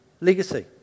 legacy